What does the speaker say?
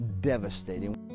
devastating